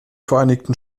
vereinigten